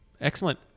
excellent